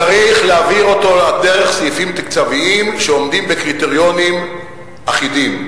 צריך להעביר אותו דרך סעיפים תקציביים שעומדים בקריטריונים אחידים.